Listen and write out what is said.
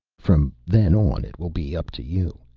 from then on it will be up to you.